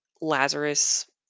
lazarus